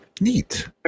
Neat